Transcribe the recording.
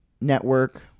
network